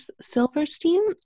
Silverstein